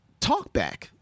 talkback